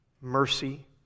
mercy